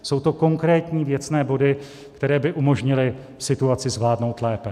Jsou to konkrétní, věcné body, které by umožnily situaci vládnout lépe.